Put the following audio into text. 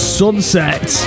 sunset